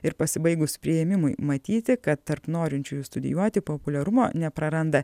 ir pasibaigus priėmimui matyti kad tarp norinčiųjų studijuoti populiarumo nepraranda